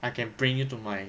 I can bring you to my